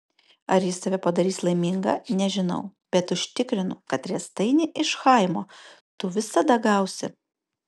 ar jis tave padarys laimingą nežinau bet užtikrinu kad riestainį iš chaimo tu visada gausi